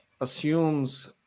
assumes